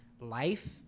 life